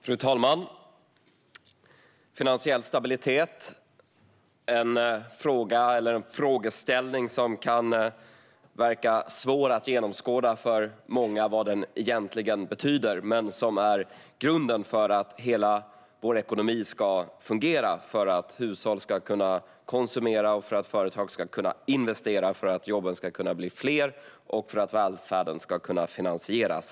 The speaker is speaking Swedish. Fru talman! Finansiell stabilitet är en frågeställning som för många kan verka svår att genomskåda för att se vad det egentligen betyder, men den är grunden för att hela vår ekonomi ska fungera, för att hushåll ska kunna konsumera och för att företag ska kunna investera - detta för att jobben ska kunna blir fler och för att välfärden ska kunna finansieras.